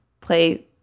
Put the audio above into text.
play